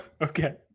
okay